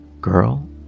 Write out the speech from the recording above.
Girl